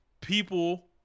people